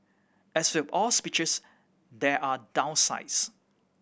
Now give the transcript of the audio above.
as with all speeches there are downsides